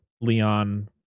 Leon